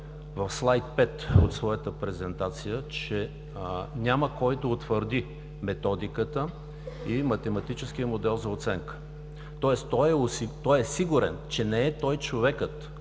в слайд пет от своята презентация, че няма кой да утвърди Методиката и Математическия модел за оценка. Тоест сигурен е, че не е той човекът,